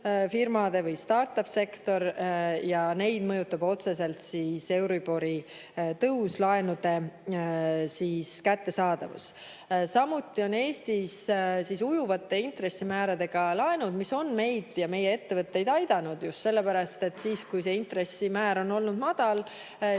idufirmade võistart-up-sektor, aga neid mõjutab otseselt euribori tõus ja laenude kättesaadavus. Samuti on Eestis ujuvate intressimääradega laenud ning see on meid ja meie ettevõtteid aidanud just sellepärast, et ajal, kui intressimäär on olnud madal, on